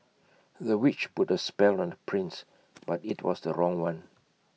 the witch put A spell on the prince but IT was the wrong one